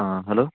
hello